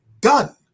done